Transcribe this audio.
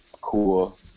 Cool